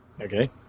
Okay